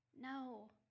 No